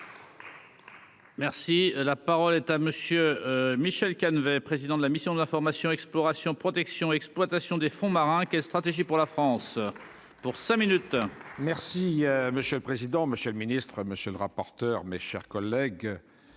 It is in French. Merci, la parole est à monsieur Michel Canevet, président de la mission d'information exploration protection exploitation des fonds marins, quelle stratégie pour la France. Pour cinq minutes. Merci monsieur le président, monsieur le ministre, monsieur le rapporteur, mes chers collègues,